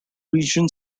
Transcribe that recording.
region